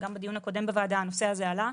גם בדיון הקודם בוועדה הנושא הזה עלה.